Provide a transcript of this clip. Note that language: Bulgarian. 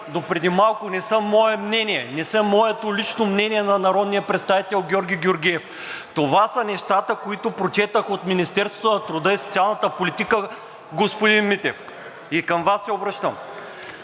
допреди малко, не са мое мнение, не са моето лично мнение – на народния представител Георги Георгиев, това са нещата, които прочетох от Министерството на труда и социалната политика, господин Митев, и към Вас се обръщам